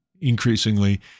increasingly